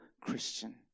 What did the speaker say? Christian